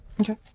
Okay